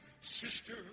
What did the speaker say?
Sister